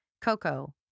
Coco